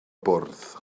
bwrdd